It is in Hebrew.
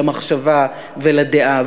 למחשבה ולדעה.